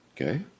Okay